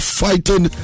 fighting